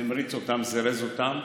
המריץ אותם, זירז אותם.